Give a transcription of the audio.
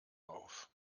auf